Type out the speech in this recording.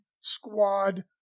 squad